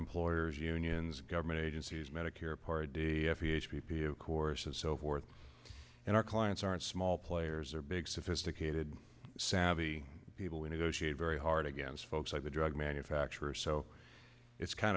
employers unions government agencies medicare part d course and so forth and our clients aren't small players or big sophisticated savvy people we negotiate very hard against folks like the drug manufacturers so it's kind